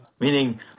Meaning